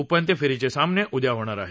उपांत्य फेरीचे सामने उद्या होणार आहेत